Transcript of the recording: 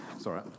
Sorry